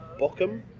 Bochum